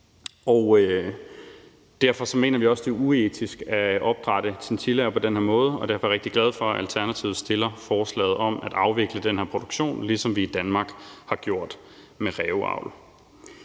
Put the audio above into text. Derfor mener vi også, at det er uetisk at opdrætte chinchillaer på den her måde, og derfor er jeg rigtig glad for, at Alternativet fremsætter forslaget om at afvikle den her produktion, ligesom vi i Danmark har gjort med ræveavl.